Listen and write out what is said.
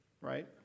right